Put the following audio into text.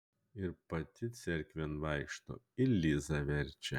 ir pati cerkvėn vaikšto ir lizą verčia